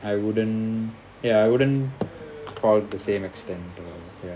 I wouldn't ya I wouldn't fall the same extent so ya